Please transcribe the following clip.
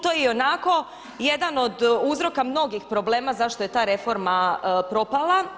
To je ionako jedan od uzroka mnogih problema zašto je ta problema propala.